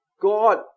God